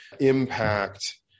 impact